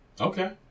Okay